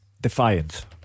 Defiance